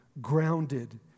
grounded